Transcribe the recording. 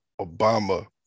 Obama